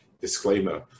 disclaimer